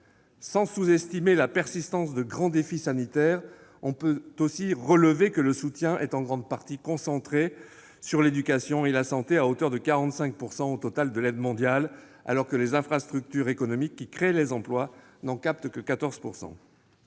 Sans sous-estimer la persistance de grands défis sanitaires, on peut aussi relever que le soutien est en grande partie concentré sur l'éducation et la santé, à hauteur de 45 % du total de l'aide mondiale, alors que les infrastructures économiques, qui créent les emplois, n'en captent que 14 %.